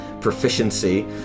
proficiency